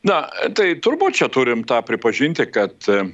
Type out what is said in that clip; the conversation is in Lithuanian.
na tai turbūt čia turim tą pripažinti kad